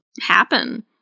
happen